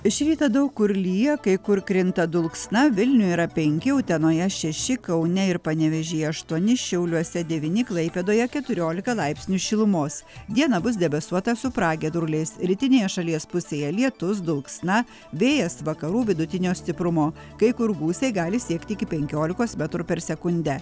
šį rytą daug kur lyja kai kur krinta dulksna vilniuj yra penki utenoje šeši kaune ir panevėžyje aštuoni šiauliuose devyni klaipėdoje laipsnių laipsnių šilumos dieną bus debesuota su pragiedruliais rytinėje šalies pusėje lietus dulksna vėjas vakarų vidutinio stiprumo kai kur gūsiai gali siekti iki penkiolikos metrų per sekundę